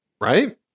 Right